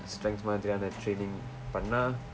strengths மாதிரி ஆனா:maathiri aana training பண்ணா:pannaa